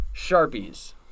Sharpies